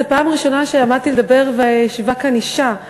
זו פעם ראשונה שעמדתי לדבר וישבה כאן אישה,